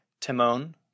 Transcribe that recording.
Timon